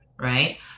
right